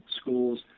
schools